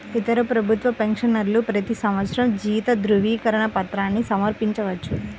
ఇతర ప్రభుత్వ పెన్షనర్లు ప్రతి సంవత్సరం జీవిత ధృవీకరణ పత్రాన్ని సమర్పించవచ్చు